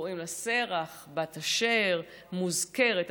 שקוראים לה שרח בת אשר מוזכרת,